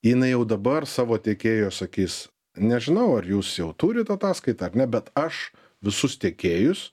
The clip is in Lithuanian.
jinai jau dabar savo tiekėjo sakys nežinau ar jūs jau turit ataskaitą ar ne bet aš visus tiekėjus